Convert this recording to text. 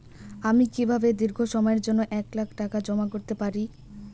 আমি কিভাবে দীর্ঘ সময়ের জন্য এক লাখ টাকা জমা করতে পারি?